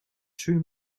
two